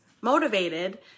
motivated